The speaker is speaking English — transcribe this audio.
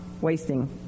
wasting